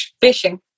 fishing